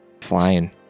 Flying